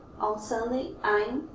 on sunday, i'm